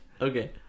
Okay